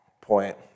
point